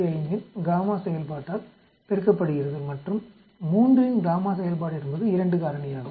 5இன் செயல்பாட்டால் பெருக்கப்படுகிறது மற்றும் 3இன் செயல்பாடு என்பது 2 காரணியாகும்